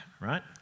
Right